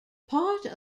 part